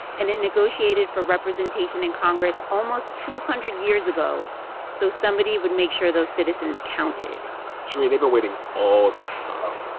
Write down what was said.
and it negotiated for representation in congress almost two hundred years ago so somebody would make sure those citizens counted shereen, they've been waiting all this time,